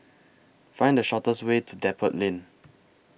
Find The fastest Way to Depot Lane